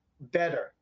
better